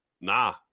Nah